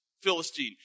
Philistine